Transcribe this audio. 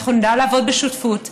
אנחנו נדע לעבוד בשותפות,